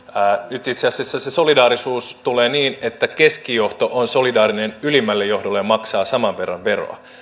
nyt itse asiassa se solidaarisuus tulee niin että keskijohto on solidaarinen ylimmälle johdolle ja maksaa saman verran veroa